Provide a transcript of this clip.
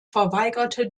verweigerte